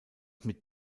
mit